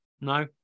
No